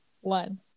one